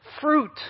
Fruit